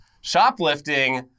shoplifting